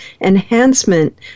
enhancement